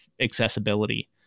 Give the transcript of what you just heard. accessibility